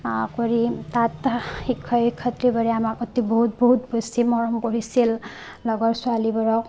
কৰি তাত শিক্ষক শিক্ষয়িত্ৰীবোৰে আমাক অতি বহুত বহুত বেছি মৰম কৰিছিল লগৰ ছোৱালীবোৰক